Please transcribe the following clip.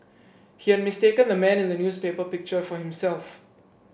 he had mistaken the man in the newspaper picture for himself